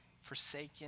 forsaken